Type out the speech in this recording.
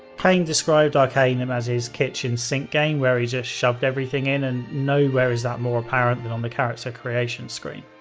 cain described arcanum as his kitchen sink game where he just shoved everything in, and nowhere is that more apparent than on the character creation screen.